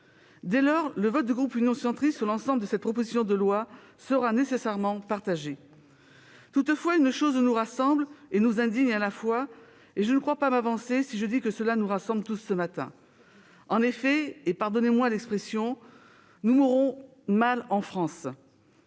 Dès lors, le vote du groupe Union Centriste sur l'ensemble de cette proposition de loi sera nécessairement partagé. Toutefois, une chose nous rassemble et nous indigne à la fois, et je ne crois pas m'avancer si je dis que cela nous rassemble tous ce matin. En effet, et pardonnez-moi l'expression, « nous mourrons mal en France